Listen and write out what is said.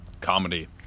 comedy